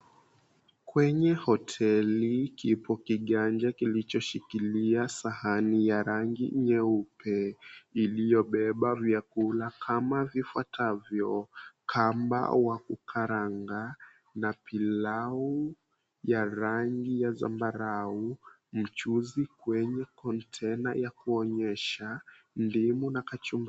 Kwenye hoteli, kipo kiganja kilichoshikilia sahani ya rangi nyeue iliyobeba vyakula kama vifuatavyo kamba wakukaranga na pilau ya rangi ya zambarau, mchuzi kwenye kontena ya kuonyesha, ndimu na kachumbari.